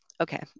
Okay